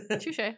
Touche